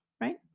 right